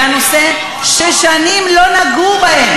זה נושא ששנים לא נגעו בו.